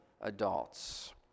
adults